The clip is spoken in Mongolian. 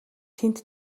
тэнд